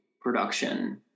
production